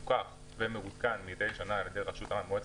הוא מפוקח ומעודכן מדי שנה על ידי מועצת